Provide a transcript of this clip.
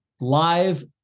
live